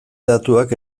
datuak